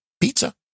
pizza